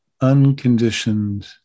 unconditioned